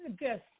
Yes